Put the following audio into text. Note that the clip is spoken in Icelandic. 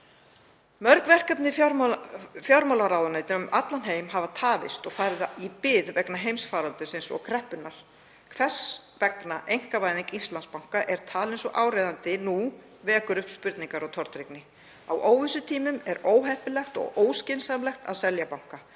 Mörg verkefni fjármálaráðuneyta um allan heim hafa tafist og verið færð í bið vegna heimsfaraldursins og kreppunnar. Hvers vegna einkavæðing Íslandsbanka er talin svo áríðandi nú vekur upp spurningar og tortryggni. Á óvissutímum er óheppilegt og óskynsamlegt að selja banka.